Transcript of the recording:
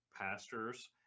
pastors